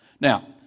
Now